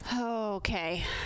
Okay